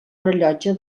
rellotge